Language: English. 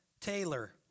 Taylor